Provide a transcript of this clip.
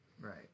Right